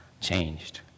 changed